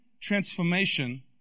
Transformation